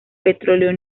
petróleo